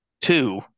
two